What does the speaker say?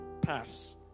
paths